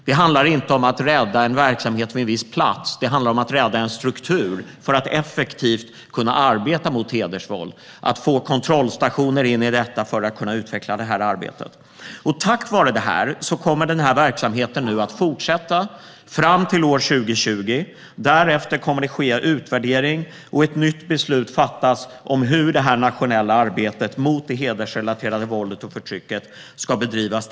Det handlar inte om att rädda en verksamhet på en viss plats utan om att rädda en struktur för att effektivt kunna arbeta mot hedersvåld - att få kontrollstationer för att kunna utveckla arbetet. Tack vare detta kommer verksamheten nu att fortsätta fram till 2020. Därefter kommer det att ske en utvärdering, och ett nytt beslut kan sedan fattas om hur det nationella arbetet mot det hedersrelaterade våldet och förtrycket ska bedrivas.